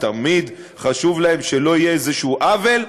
תמיד חשוב להם שלא יהיה איזשהו עוול,